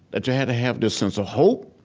that you had to have this sense of hope,